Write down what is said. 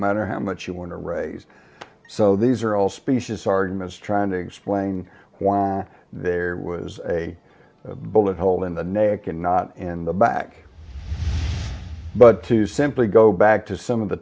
matter how much you want to raise so these are all specious arguments trying to explain why there was a bullet hole in the neck and not in the back but to simply go back to some of the